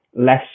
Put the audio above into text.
less